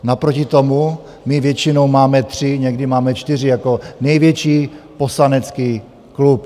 Naproti tomu my většinou máme tři, někdy máme čtyři jako největší poslanecký klub.